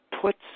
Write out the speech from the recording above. puts